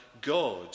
God